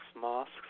mosques